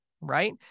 right